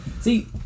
See